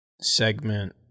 segment